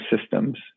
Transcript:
systems